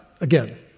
again